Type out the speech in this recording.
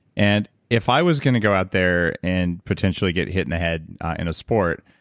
and if i was going to go out there and potentially get hit in the head in a sport,